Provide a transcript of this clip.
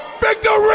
Victory